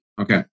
Okay